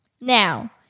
Now